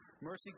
Mercy